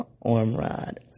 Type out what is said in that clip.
Ormrod